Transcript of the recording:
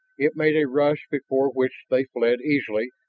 it made a rush before which they fled easily,